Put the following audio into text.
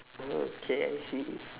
oh okay I see